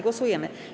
Głosujemy.